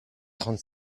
trente